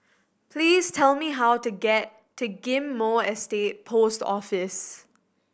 please tell me how to get to Ghim Moh Estate Post Office